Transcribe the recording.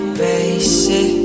basic